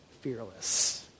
fearless